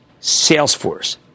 Salesforce